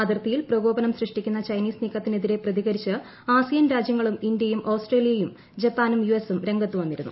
അതിർത്തിയിൽ പ്രകോപനം സൃഷ്ടിക്കുന്ന ചൈനീസ് നീക്കത്തിനെതിരെ പ്രതികരിച്ച് ആസിയൻ രാജൃങ്ങളും ഇന്ത്യയും ഓസ്ട്രേലിയയും ജപ്പാനും യുഎസും രംഗത്തു വന്നിരുന്നു